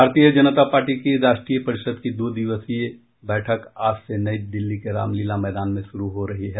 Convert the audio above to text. भारतीय जनता पार्टी की राष्ट्रीय परिषद की दो दिवसीय बैठक आज से नई दिल्ली के रामलीला मैदान में शुरू हो रही है